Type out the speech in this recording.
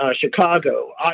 Chicago